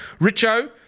Richo